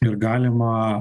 ir galima